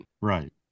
Right